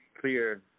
clear